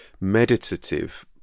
meditative